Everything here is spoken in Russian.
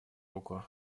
руку